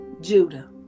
Judah